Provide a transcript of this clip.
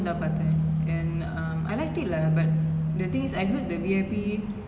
okay V_I_P two what's the problem is that the ending is very meh the word for it is meh